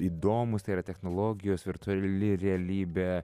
įdomūs tai yra technologijos virtuali realybė